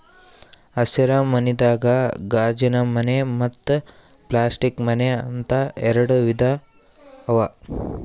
ಹಸಿರ ಮನಿದಾಗ ಗಾಜಿನಮನೆ ಮತ್ತ್ ಪ್ಲಾಸ್ಟಿಕ್ ಮನೆ ಅಂತ್ ಎರಡ ವಿಧಾ ಅವಾ